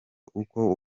uko